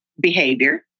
behavior